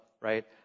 right